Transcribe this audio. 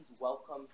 welcome